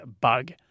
Bug